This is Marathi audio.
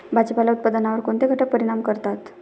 भाजीपाला उत्पादनावर कोणते घटक परिणाम करतात?